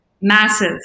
massive